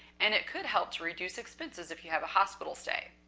and it could help to reduce expenses if you have a hospital stay.